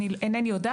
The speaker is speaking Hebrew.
אינני יודעת.